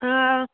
अ